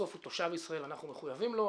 בסוף הוא תושב ישראל ואנחנו מחויבים לו.